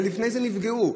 ולפני זה נפגעו,